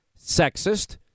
sexist